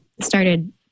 started